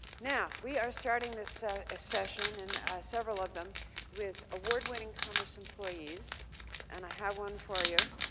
now we are starting this ah session, and several of them with award-winning commerce employees and i have one for you.